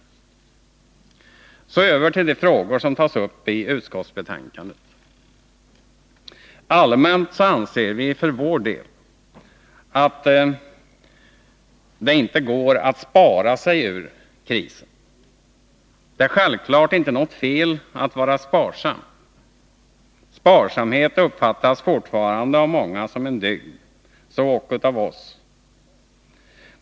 Så över till de frågor som tas upp i finansutskottets betänkande. Rent allmänt anser vi för vår del att det inte går att spara sig ur krisen. Det är självfallet inte något fel att vara sparsam. Sparsamhet uppfattas fortfarande av många som en dygd — så också av oss.